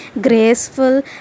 graceful